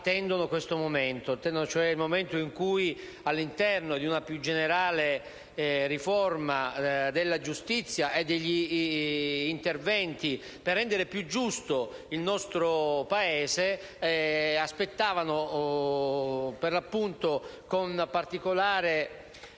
attendono questo momento, cioè il momento in cui, all'interno di una più generale riforma della giustizia e degli interventi per rendere più giusto il nostro Paese, verrà approvato un intervento